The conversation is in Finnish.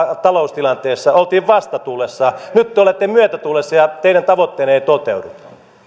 taloustilanteessa oltiin vastatuulessa nyt te te olette myötätuulessa ja teidän tavoitteenne eivät toteudu